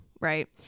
right